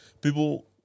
people